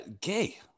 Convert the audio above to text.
gay